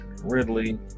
ridley